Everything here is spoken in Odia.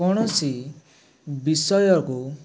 କୌଣସି ବିଷୟକୁ